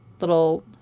little